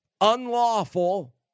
unlawful